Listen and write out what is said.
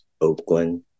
Oakland